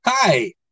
Hi